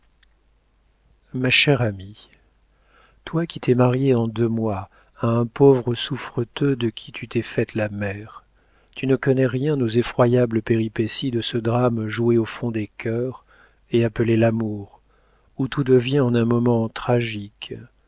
ma chère amie toi qui t'es mariée en deux mois à un pauvre souffreteux de qui tu t'es faite la mère tu ne connais rien aux effroyables péripéties de ce drame joué au fond des cœurs et appelé l'amour où tout devient en un moment tragique